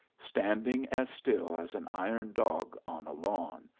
standing as still as an iron dog on a lawn,